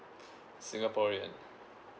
singaporean